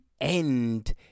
end